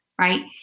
right